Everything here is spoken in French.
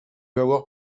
avoir